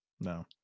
No